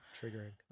Triggering